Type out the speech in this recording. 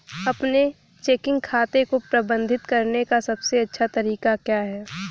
अपने चेकिंग खाते को प्रबंधित करने का सबसे अच्छा तरीका क्या है?